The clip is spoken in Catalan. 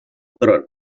tron